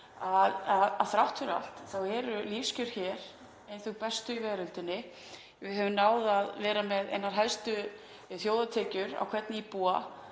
að þrátt fyrir allt eru lífskjör hér ein þau bestu í veröldinni. Við höfum náð að vera með einar hæstu þjóðartekjur á hvern íbúa